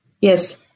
Yes